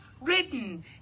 written